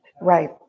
Right